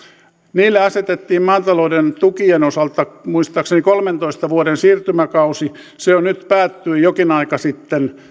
niille asetettiin maatalouden tukien osalta muistaakseni kolmentoista vuoden siirtymäkausi se on nyt päättynyt jokin aika sitten